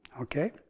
Okay